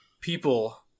people